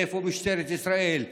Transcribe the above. איפה משטרת ישראל?